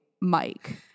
Mike